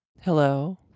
Hello